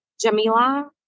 Jamila